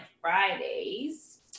Fridays